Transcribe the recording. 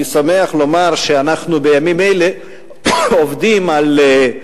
אני שמח לומר שאנחנו בימים אלה עובדים על,